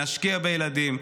להשקיע בילדים,